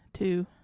two